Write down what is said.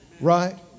right